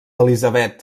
elisabet